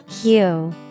Hue